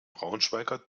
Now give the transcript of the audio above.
braunschweiger